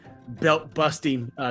belt-busting